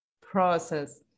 process